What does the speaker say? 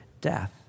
death